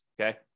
Okay